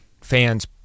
fans